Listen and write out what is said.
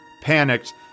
Panicked